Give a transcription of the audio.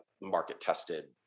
market-tested